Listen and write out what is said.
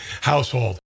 household